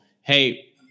hey